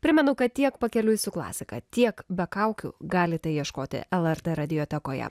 primenu kad tiek pakeliui su klasika tiek be kaukių galite ieškoti lrt radijo tekoje